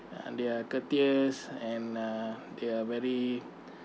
they are courteous and uh they are very